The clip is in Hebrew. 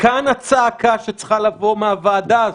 כאן הצעקה שצריכה לבוא מהוועדה הזו.